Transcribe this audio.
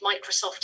Microsoft